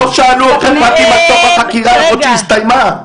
יכול להיות שהיא הסתיימה.